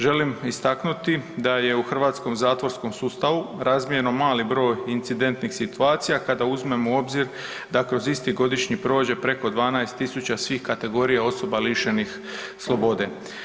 Želim istaknuti da je u hrvatskom zatvorskom sustavu razmjerno mali broj incidentnih situacija, kad uzmemo u obzir da kroz isti godišnji prođe preko 12 tisuća svih kategorija osoba lišenih slobode.